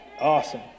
awesome